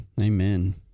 Amen